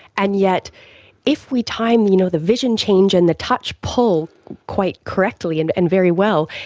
and yet if we time you know the vision change and the touch pull quite correctly and and very well,